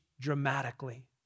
dramatically